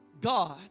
God